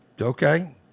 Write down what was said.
Okay